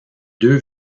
deux